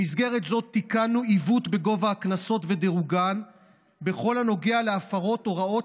במסגרת זו תיקנו עיוות בגובה הקנסות ודירוגם בכל הנוגע להפרות הוראות